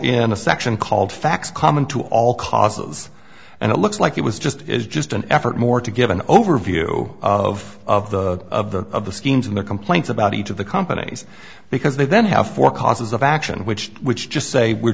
in a section called facts common to all causes and it looks like it was just is just an effort more to give an overview of the of the of the schemes and the complaints about each of the companies because they then have four causes of action which which just say were